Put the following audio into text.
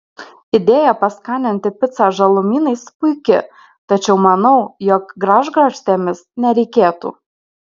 idėja paskaninti picą žalumynais puiki tačiau manau jog gražgarstėmis nereikėtų